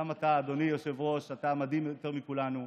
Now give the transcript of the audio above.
גם אתה, אדוני היושב-ראש, אתה מדהים יותר מכולנו.